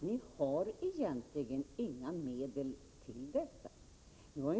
Ni har väl egentligen inga medel till era förslag.